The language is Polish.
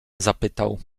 zapytał